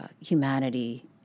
humanity